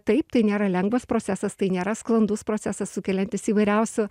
taip tai nėra lengvas procesas tai nėra sklandus procesas sukeliantis įvairiausių